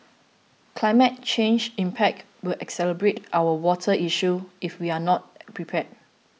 climate change impact will exacerbate our water issues if we are not prepared